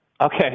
Okay